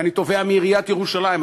ואני תובע מעיריית ירושלים,